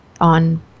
on